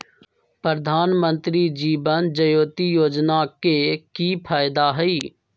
प्रधानमंत्री जीवन ज्योति योजना के की फायदा हई?